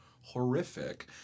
horrific